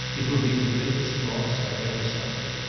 it will be the greatest loss i ever suffered.